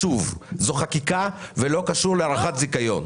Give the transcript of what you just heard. שוב - זו חקיקה ולא קשור להארכת זיכיון.